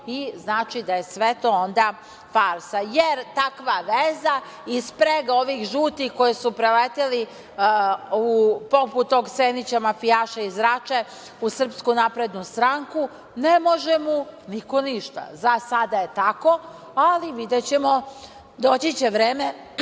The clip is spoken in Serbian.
i znači da je sve to onda farsa. Jer, takva veza i sprega ovih žutih koji su preleteli poput tog Senića mafijaša iz Rače u SNS, ne može mu niko ništa. Za sada je tako, ali videćemo, doći će vreme